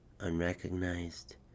unrecognized